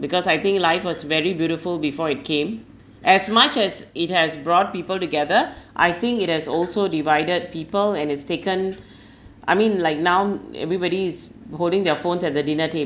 because I think life was very beautiful before it came as much as it has brought people together I think it has also divided people and it'ss taken I mean like now everybody is holding their phones at the dinner